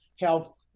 health